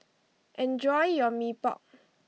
enjoy your Mee Pok